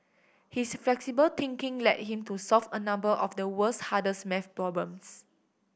his flexible thinking led him to solve a number of the world's hardest maths problems